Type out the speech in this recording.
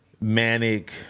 manic